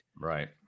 right